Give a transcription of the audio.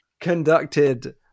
conducted